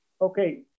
okay